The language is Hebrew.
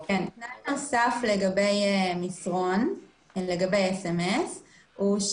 דבר נוסף לגבי מסרון, לגבי SMS. יש